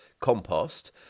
compost